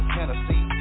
Tennessee